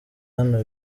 hano